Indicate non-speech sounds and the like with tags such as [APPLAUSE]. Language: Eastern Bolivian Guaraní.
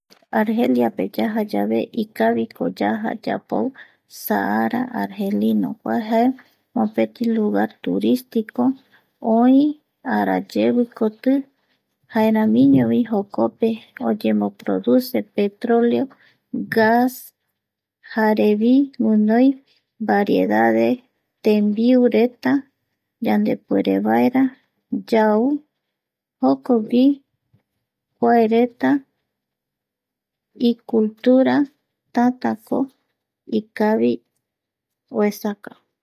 Argeliape yaja yave ikaviko yaja yapou saara Argelino kua jae mopeti lugar turístico, oï arayevikoti, jaeramiñovi jokope oyemoproduce petroleo, gas [NOISE] jarevi guinoi variedad tembiureta yandepuerevaera yau jokogui kuaereta (pausa)tatako ikavi oesaka